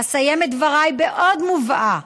אסיים את דברי בעוד מובאה